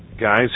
guys